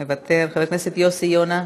מוותר, חבר הכנסת יוסי יונה,